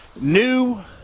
New